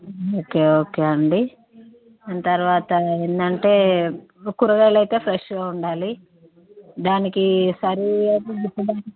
okay okay అండి తరువాత ఏంటంటే కూరగాయాలు అయితే ఫ్రెష్గా ఉండాలి దానికి సరి